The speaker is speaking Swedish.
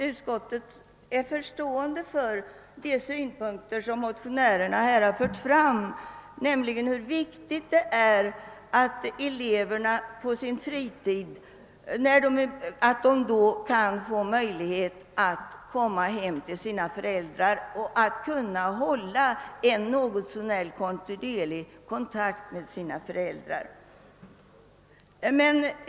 Utskottet är förstående till de synpunkter som motionärerna har fört fram, att det är viktigt att eleverna på sin fritid kan komma hem till sina föräldrar och hålla en något så när kontinuerlig kontakt med dem.